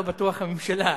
לא בטוח הממשלה.